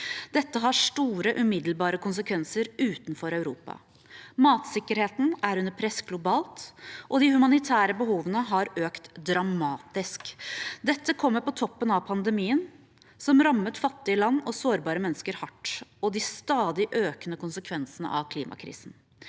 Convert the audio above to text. Dette har store umiddelbare konsekvenser utenfor Europa. Matsikkerheten er under press globalt, og de humanitære behovene har økt dramatisk. Dette kommer på toppen av pandemien, som rammet fattige land og sårbare mennesker hardt, og de stadig økende konsekvensene av klimakrisen.